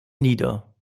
nieder